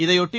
இதையொட்டி